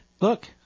look